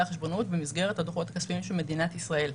החשבונאות במסגרת הדוחות הכספיים של מדינת ישראל.